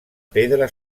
pedra